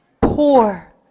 poor